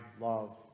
love